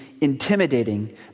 intimidating